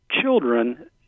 children